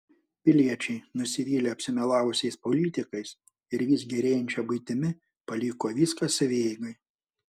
piliečiai nusivylę apsimelavusiais politikais ir vis gerėjančia buitimi paliko viską savieigai